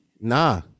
Nah